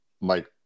Mike